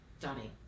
Donnie